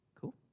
cool